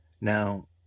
Now